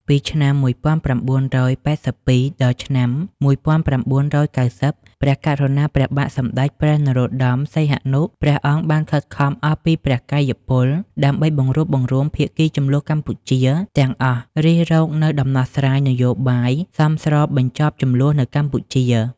ពីឆ្នាំ១៩៨២ ដល់ ឆ្នាំ១៩៩០ ព្រះករុណាព្រះបាទសម្តេចព្រះនរោត្តម សីហនុ ព្រះអង្គ បានខិតខំអស់ពីព្រះកាយពល ដើម្បីបង្រួបបង្រួមភាគីជម្លោះកម្ពុជាទាំងអស់រិះរកនូវដំណោះ ស្រាយនយោបាយសមស្របបញ្ចប់ជម្លោះនៅកម្ពុជា។